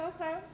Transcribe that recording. okay